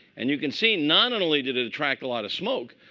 and you can see, not and only did it attract a lot of smoke,